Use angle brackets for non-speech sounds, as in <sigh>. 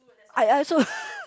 I I also <laughs>